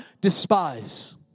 despise